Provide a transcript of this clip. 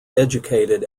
educated